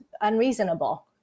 unreasonable